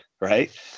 right